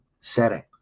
setting